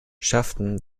schafften